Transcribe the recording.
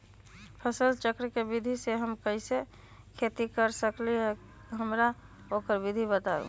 फसल चक्र के विधि से हम कैसे खेती कर सकलि ह हमरा ओकर विधि बताउ?